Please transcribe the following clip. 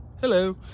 hello